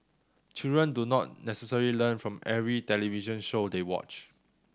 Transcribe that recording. children do not necessarily learn from every television show they watch